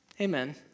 Amen